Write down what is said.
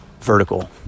vertical